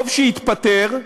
טוב שהתפטר,